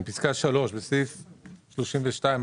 (3)בסעיף 32,